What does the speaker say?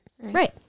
Right